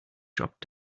dropped